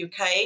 UK